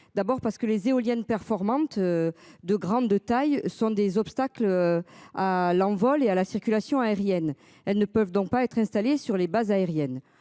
D'abord parce que les éoliennes performante. De grande taille sont des obstacles. À l'envol et à la circulation aérienne. Elles ne peuvent donc pas être installés sur les bases aériennes